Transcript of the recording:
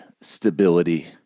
stability